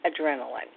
adrenaline